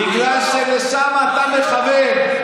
בגלל שלשם אתה מכוון.